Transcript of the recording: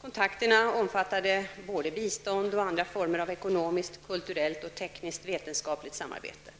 Kontakterna omfattade både bistånd och andra former av ekonomiskt, kulturellt och tekniskt/vetenskapligt samarbete.